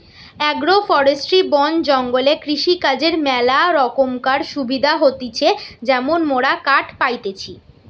agro forestry বন জঙ্গলে কৃষিকাজর ম্যালা রোকমকার সুবিধা হতিছে যেমন মোরা কাঠ পাইতেছি